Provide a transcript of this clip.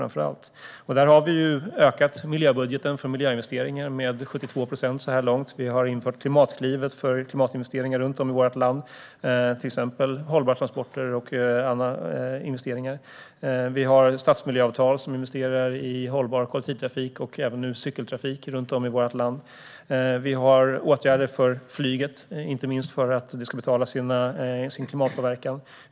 Vi har ökat budgeten för miljöinvesteringar med 72 procent så här långt. Vi har infört Klimatklivet för klimatinvesteringar runt om i landet, till exempel hållbara transporter och andra investeringar. Vi har stadsmiljöavtal som investerar i hållbar kollektivtrafik och även cykeltrafik. Vi har åtgärder för flyget, inte minst för att det ska betala för sin klimatpåverkan.